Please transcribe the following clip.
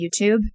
YouTube